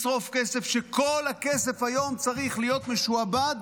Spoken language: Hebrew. לשרוף כסף, וכל הכסף היום צריך להיות משועבד